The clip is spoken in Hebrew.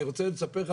אני רוצה לספר לך,